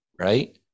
right